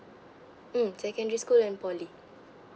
mm secondary school and poly